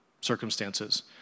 circumstances